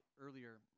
earlier